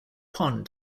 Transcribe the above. pond